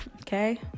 Okay